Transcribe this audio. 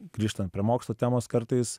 grįžtant prie mokslo temos kartais